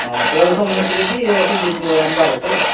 ହଁ ସେ ଔଷଧ ମନେ ରଖିକି ରଖି ଦେଇଥିବ ଆଣ୍ବାର୍ ଅଛେ